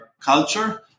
culture